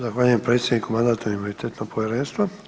Zahvaljujem predsjedniku Mandatno-imunitetnog povjerenstva.